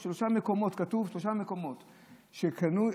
כתוב: שלושה מקומות שקנו,